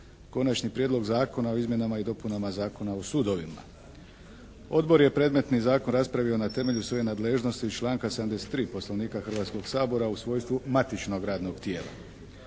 Konačni prijedlog zakona o izmjenama i dopunama Zakona o sudovima. Odbor je predmetni zakon raspravio na temelju svojih nadležnosti iz članka 73. Poslovnika Hrvatskog sabora u svojstvu matičnog radnog tijela.